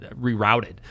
rerouted